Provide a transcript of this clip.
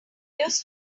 used